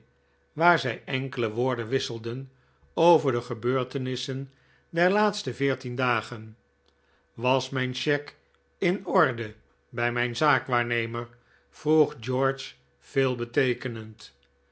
waar zij enkele woorden wisselden over de gebeurtenissen der laatste veertien dagen was mijn cheque in orde bij mijn zaakwaarnemer vroeg george